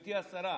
גברתי השרה,